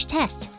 Test